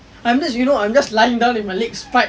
I'm just you know I'm just lying down with my legs